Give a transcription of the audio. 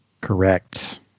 Correct